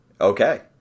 Okay